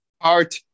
Art